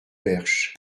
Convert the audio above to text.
perche